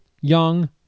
young